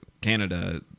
Canada